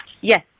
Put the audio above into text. Yes